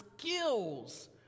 skills